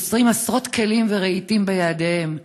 נושאים עשרות כלים ורהיטים בידיהם.